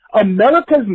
America's